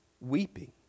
weeping